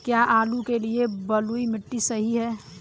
क्या आलू के लिए बलुई मिट्टी सही है?